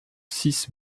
six